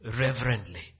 reverently